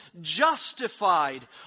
justified